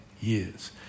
years